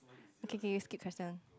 okay okay skip question